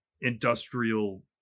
industrial